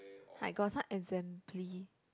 I got some assembly